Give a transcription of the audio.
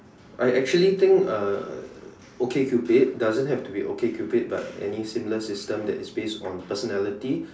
I actually think uh okay cupid doesn't have to be okay cupid but any similar system that is based on personality